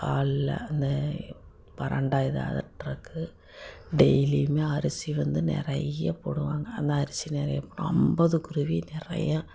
ஹாலில் அந்த வரண்டா இது அதாட்டிருக்கு டெய்லியுமே அரிசி வந்து நிறைய போடுவாங்க அந்த அரிசி நிறைய போட்டால் ஐம்பது குருவி நிறையா